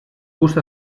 gust